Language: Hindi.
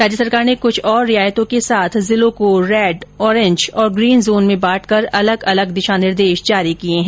राज्य सरकार ने कुछ ओर रियायतों के साथ जिलों को रेड ओरेंज और ग्रीन जोन में बांटकर अलग अलग दिशा निर्देश जारी किए है